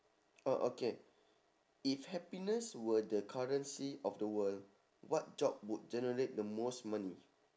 oh okay if happiness were the currency of the world what job would generate the most money